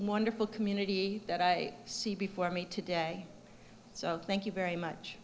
wonderful community that i see before me today so thank you very much